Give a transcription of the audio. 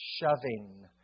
shoving